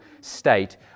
state